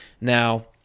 Now